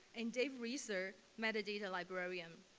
and dave reser, metadata librarian.